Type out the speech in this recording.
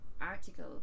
article